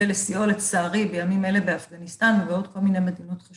ולסיוע לצערי בימים אלה באפגניסטן ובעוד כל מיני מדינות חשובות.